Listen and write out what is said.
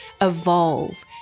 evolve